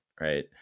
right